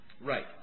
Right